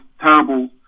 terrible